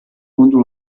contro